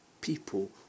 People